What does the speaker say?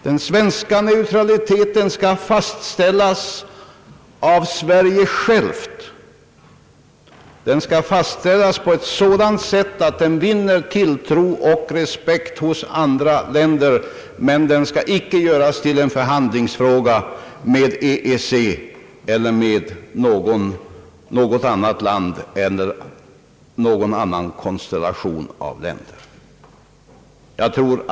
Den svenska neutraliteten skall fastställas av Sverige självt. Den skall fastställas på ett sådant sätt, att den vinner tilltro och respekt hos andra länder, men den skall icke göras till en förhandlingsfråga med EEC eller med något annat land eller någon annan konstellation av länder.